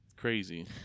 crazy